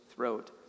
throat